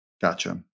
Gotcha